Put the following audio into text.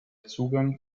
zugang